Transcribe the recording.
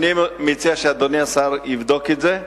אני מציע שאדוני השר יבדוק את זה,